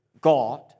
God